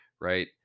right